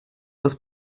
das